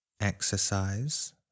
exercise